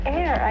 air